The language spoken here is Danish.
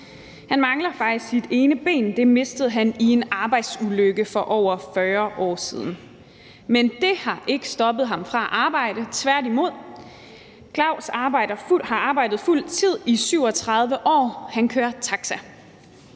Han mangler faktisk sit ene ben. Det mistede han i en arbejdsulykke for over 40 år siden. Men det har ikke stoppet ham fra at arbejde, tværtimod. Claus har arbejdet på fuld tid i 37 år, og han kører taxa.